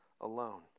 alone